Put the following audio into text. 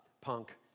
punk